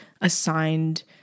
assigned